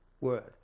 word